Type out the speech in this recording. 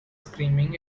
screaming